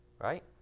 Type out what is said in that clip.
right